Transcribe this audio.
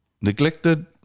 neglected